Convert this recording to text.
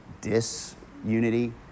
disunity